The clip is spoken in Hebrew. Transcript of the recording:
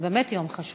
זה באמת יום חשוב.